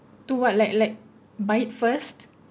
to what like like buy it first